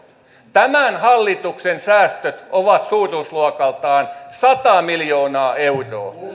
tämän hallituksen säästöt ovat suuruusluokaltaan sata miljoonaa euroa